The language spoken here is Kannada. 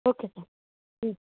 ಓಕೇ ಸರ್ ಹ್ಞೂ